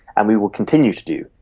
and we will continue to do.